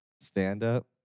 Stand-up